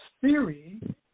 theory